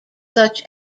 such